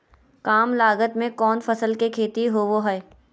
काम लागत में कौन फसल के खेती होबो हाय?